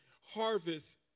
harvest